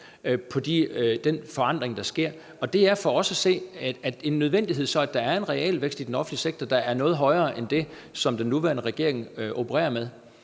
med den forandring, der sker, og det er for os at se en nødvendighed så, at der er en realvækst i den offentlige sektor, der er noget højere end det, som den nuværende regering opererer med.